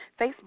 Facebook